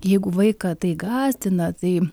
jeigu vaiką tai gąsdina tai